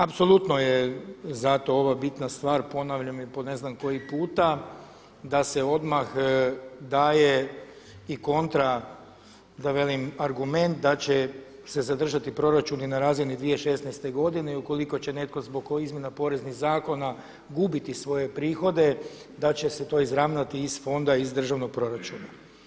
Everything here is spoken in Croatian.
Apsolutno je zato ova bitna stvar, ponavljam je i po ne znam koji puta, da se odmah daje i kontra da velim argument da će se zadržati proračun i na razini 2016. godine i ukoliko će netko zbog ovih izmjena poreznih zakona gubiti svoje prihode da će se to izravnati iz fonda i iz državnog proračuna.